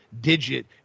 digit